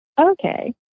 okay